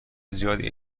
زیادی